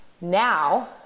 now